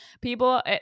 people